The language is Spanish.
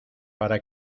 para